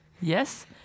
yes